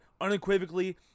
unequivocally